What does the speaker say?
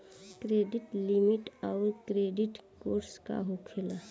Credit limit आउर credit score का होखेला?